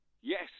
Yes